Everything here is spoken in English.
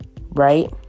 Right